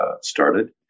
started